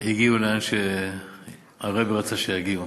הגיעו לאן שהרעבע רצה שיגיעו,